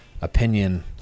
opinion